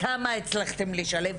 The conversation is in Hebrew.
כמה הצלחתם לשלב?